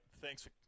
thanks